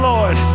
Lord